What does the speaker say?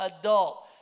adult